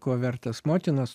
ko vertas motinos